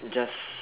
just